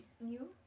new